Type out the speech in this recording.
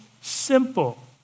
simple